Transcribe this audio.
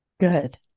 Good